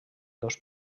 dos